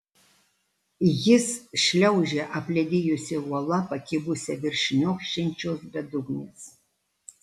jis šliaužia apledijusia uola pakibusia virš šniokščiančios bedugnės